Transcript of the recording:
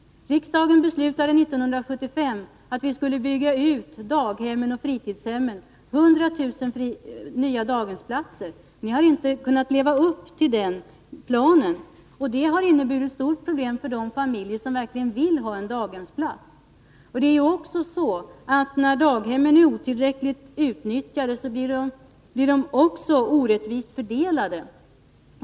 Riksdagen beslutade 1975 att vi skulle bygga ut daghemmen och fritidshemmen — 100 000 nya dagisplatser. Ni kunde inte leva upp till det. Det har inneburit ett stort problem för de familjer som verkligen vill ha en daghemsplats. När daghemmen är otillräckligt utnyttjade blir de också orättvist fördelade.